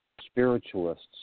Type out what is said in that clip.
spiritualists